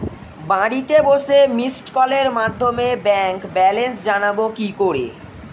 বাড়িতে বসে মিসড্ কলের মাধ্যমে ব্যাংক ব্যালেন্স জানবো কি করে?